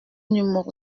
numéro